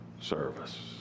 service